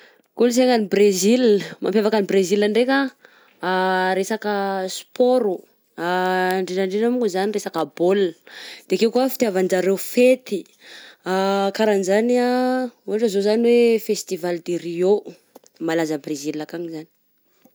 Kolosaina any Bresile, mampiavaka any Bresile ndraika ah, resaka sport oh, indrindraindra moa zany resaka bôl, de akeo ko fitiavanjareo fety, karanjany ah ohatra izao zany hoe festival de Rio malaza a Bresile akany izagny.